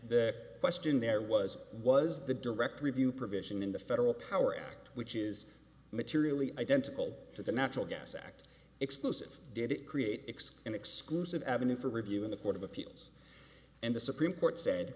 the question there was was the direct review provision in the federal power act which is materially identical to the natural gas act explosive did it create ex an exclusive avenue for review in the court of appeals and the supreme court said